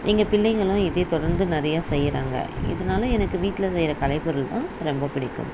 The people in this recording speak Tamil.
எங்கள் பிள்ளைகளும் இதே தொடர்ந்து நிறையா செய்யுறாங்க இதனால எனக்கு வீட்டில் செய்கிற கலைப்பொருள்லாம் ரொம்ப பிடிக்கும்